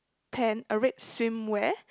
pant a red swimwear